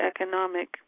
economic